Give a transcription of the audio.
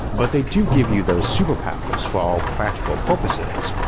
but they do give you those superpowers for all practical purposes,